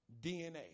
DNA